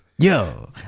Yo